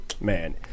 man